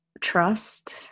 trust